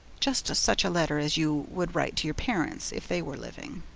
just such a letter as you would write to your parents if they were living.